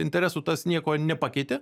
interesų tas nieko nepakeitė